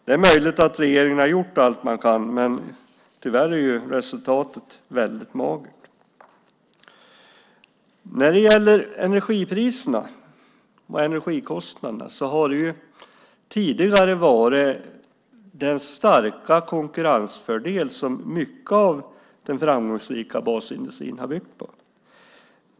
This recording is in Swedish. Det är möjligt att regeringen har gjort allt man kan, men tyvärr är resultatet väldigt magert. Energipriserna och energikostnaderna har tidigare varit den starka konkurrensfördel som mycket av den framgångsrika basindustrin har byggt på.